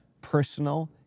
personal